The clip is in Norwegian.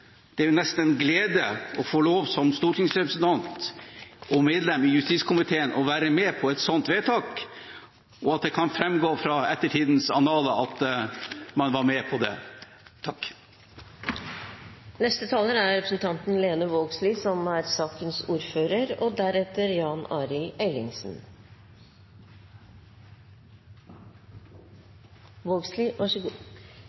Det er nesten en glede som stortingsrepresentant og medlem i justiskomiteen å få lov til å være med på et slikt vedtak og at det kan framgå av ettertidens annaler at man var med på det. Det er ikkje så ofte eg kan seie det eg seier no, men eg stiller meg fullt og